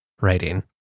writing